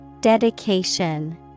Dedication